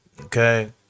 Okay